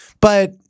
But-